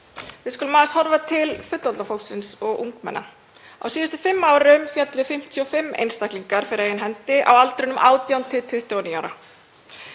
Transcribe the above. Við skulum aðeins horfa til fullorðna fólksins og ungmenna. Á síðustu fimm árum féllu 55 einstaklingar fyrir eigin hendi á aldrinum 18–29 ára.